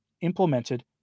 implemented